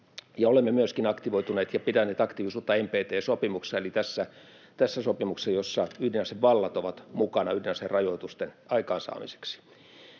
Olemme myöskin aktivoituneet ja pitäneet aktiivisuutta NPT-sopimuksessa, eli tässä sopimuksessa, jossa ydinasevallat ovat mukana ydinaserajoitusten aikaansaamiseksi.